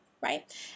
right